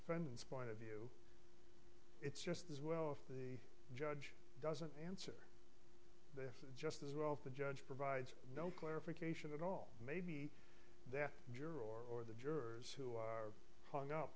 friends point of view it's just as well if the judge doesn't answer just as well the judge provides no clarification at all maybe the juror or the jurors who are hung up